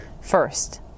First